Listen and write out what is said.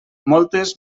moltes